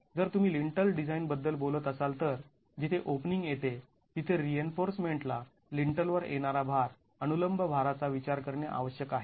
जर तुम्ही lintel design बद्दल बोलत असाल तर जिथे ओपनिंग येते तिथे रिइन्फोर्समेंट्स् ला लिन्टल वर येणारा भार अनुलंब भाराचा विचार करणे आवश्यक आहे